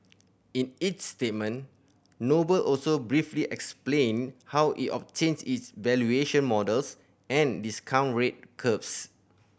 in its statement Noble also briefly explained how it obtains its valuation models and discount rate curves